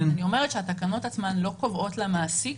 אני אומרת שהתקנות עצמן לא קובעות למעסיק